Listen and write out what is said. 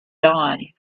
dawn